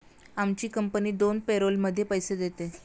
आमची कंपनी दोन पॅरोलमध्ये पैसे देते